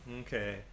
Okay